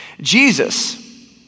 Jesus